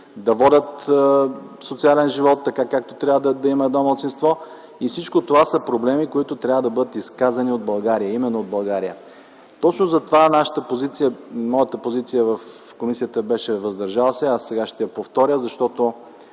да водят социален живот такъв, какъвто трябва да има едно малцинство. И всичко това са проблеми, които трябва да бъдат изказани именно в България. Точно затова моята позиция в комисията беше „въздържал се”. Аз сега ще я повторя, защото